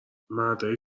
مردای